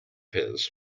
his